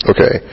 Okay